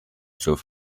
zur